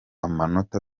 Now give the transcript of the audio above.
amanota